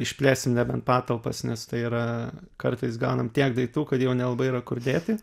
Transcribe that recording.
išplėsim nebent patalpas nes tai yra kartais gaunam tiek daiktų kad jau nelabai yra kur dėti